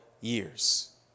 years